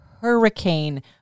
hurricane